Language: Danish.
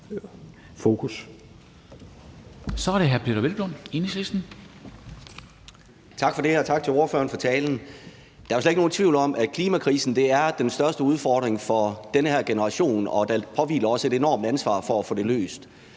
Kl. 09:20 Peder Hvelplund (EL): Tak for det, og tak til ordføreren for talen. Der er jo slet ikke nogen tvivl om, at klimakrisen er den største udfordring for den her generation og der påhviler os et enormt ansvar for at få den løst.